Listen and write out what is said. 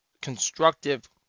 constructive